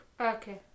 Okay